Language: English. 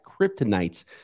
kryptonites